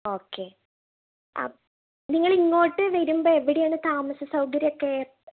okay അ നിങ്ങൾ ഇങ്ങോട്ട് വരുമ്പോൾ എവിടെയാണ് താമസ സൗകര്യമൊക്കെ